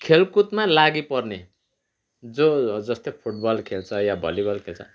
खेलकुदमा लागिपर्ने जो जस्तै फुटबल खेल्छ या भलिबल खेल्छ